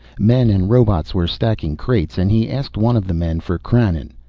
men and robots were stacking crates and he asked one of the men for krannon.